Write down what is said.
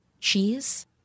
Cheese